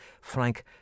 Frank